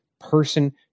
person